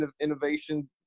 innovation